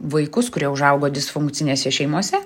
vaikus kurie užaugo disfunkcinėse šeimose